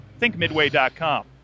thinkmidway.com